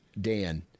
dan